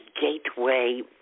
gateway